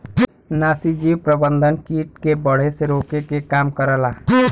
नाशीजीव प्रबंधन कीट के बढ़े से रोके के काम करला